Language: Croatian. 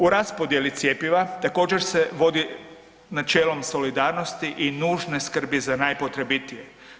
U raspodjeli cjepiva također se vodi načelom solidarnosti i nužne skrbi za najpotrebitije.